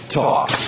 talk